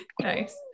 Nice